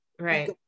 Right